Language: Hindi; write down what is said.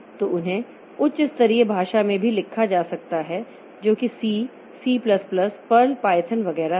तो उन्हें उच्च स्तरीय भाषा में भी लिखा जा सकता है जो कि C C plus plus Perl Python वगैरह है